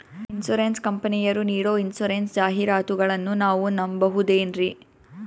Insurance ಕಂಪನಿಯರು ನೀಡೋ insurance ಜಾಹಿರಾತುಗಳನ್ನು ನಾವು ನಂಬಹುದೇನ್ರಿ?